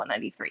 193